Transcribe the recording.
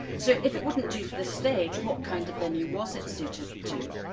so if it wouldn't do for the stage, what kind of venue was it suited to?